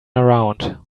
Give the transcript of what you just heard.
around